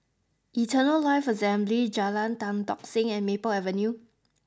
Eternal Life Assembly Jalan Tan Tock Seng and Maple Avenue